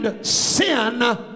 sin